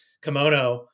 kimono